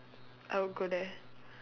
I will go there